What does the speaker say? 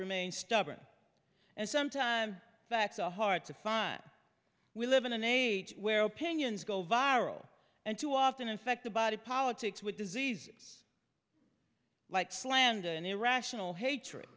remain stubborn and sometimes facts are hard to find we live in an age where opinions go viral and too often infect the body politics with diseases like slander and irrational hatred